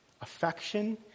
affection